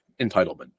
entitlement